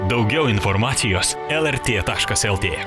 daugiau informacijos lrt taškas lt